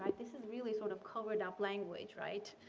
like this is really sort of covered up language, right.